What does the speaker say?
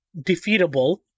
defeatable